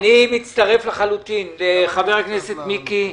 אני מצטרף לחלוטין לחבר הכנסת מיקי לוי.